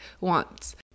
wants